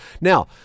Now